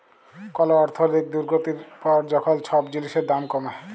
call অর্থলৈতিক দুর্গতির পর যখল ছব জিলিসের দাম কমে